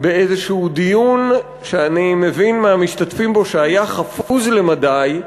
באיזשהו דיון שאני מבין מהמשתתפים בו שהיה חפוז למדי,